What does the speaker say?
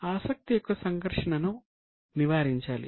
ఆసక్తి యొక్క సంఘర్షణను నివారించాలి